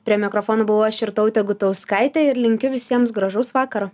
prie mikrofono buvau aš jurtautė gutauskaitė ir linkiu visiems gražaus vakaro